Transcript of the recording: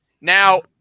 Now